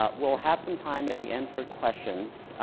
ah we'll have some time at the end for questions.